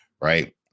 right